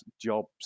jobs